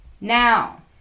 Now